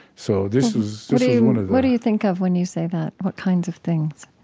so this is one of the, what do you think of when you say that? what kinds of things?